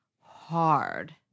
hard